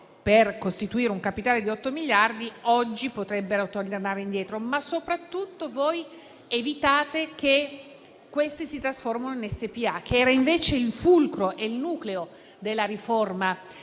per costituire un capitale di 8 miliardi oggi potrebbero tornare indietro. Ma soprattutto voi evitate che queste si trasformino in SpA, che era invece il fulcro e il nucleo della riforma